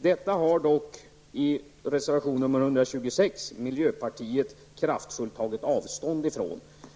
Miljöpartiet har dock i reservation 126 kraftfullt tagit avstånd från detta.